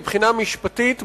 מבחינה משפטית,